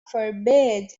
forbid